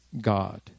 God